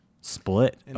Split